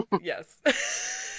Yes